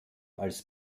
als